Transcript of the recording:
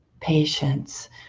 patience